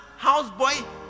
houseboy